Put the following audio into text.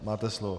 Máte slovo.